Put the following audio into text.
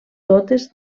totes